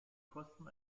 kosten